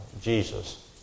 Jesus